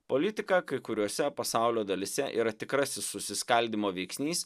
politika kai kuriose pasaulio dalyse yra tikrasis susiskaldymo veiksnys